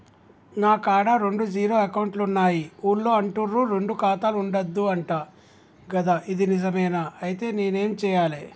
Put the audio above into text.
నా కాడా రెండు జీరో అకౌంట్లున్నాయి ఊళ్ళో అంటుర్రు రెండు ఖాతాలు ఉండద్దు అంట గదా ఇది నిజమేనా? ఐతే నేనేం చేయాలే?